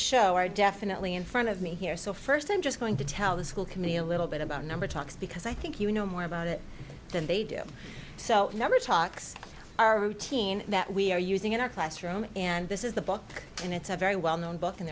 show are definitely in front of me here so first i'm just going to tell the school committee a little bit about number talks because i think you know more about it than they do so number talks are routine that we're using in our classroom and this is the book and it's a very well known book and